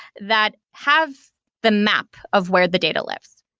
that have the map of where the data lives,